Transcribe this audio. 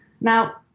Now